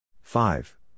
Five